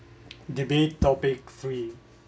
debate topic three